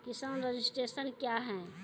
किसान रजिस्ट्रेशन क्या हैं?